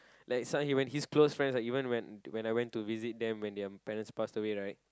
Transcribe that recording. like some of when his close friends like even when I went to visit them when their parents passed away right